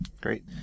Great